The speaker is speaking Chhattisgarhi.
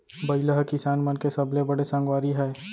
बइला ह किसान मन के सबले बड़े संगवारी हय